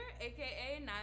aka